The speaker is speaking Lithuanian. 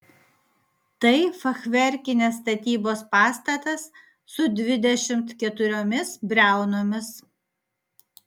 tai fachverkinės statybos pastatas su dvidešimt keturiomis briaunomis